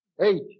Eight